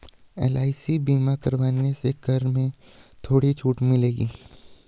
LIC बीमा करवाने से कर में थोड़ी छूट मिलेगी